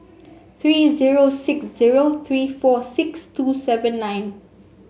three zero six zero three four six two seven nine